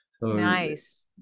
Nice